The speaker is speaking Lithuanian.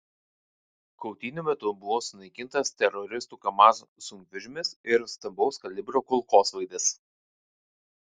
kautynių metu buvo sunaikintas teroristų kamaz sunkvežimis ir stambaus kalibro kulkosvaidis